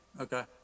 Okay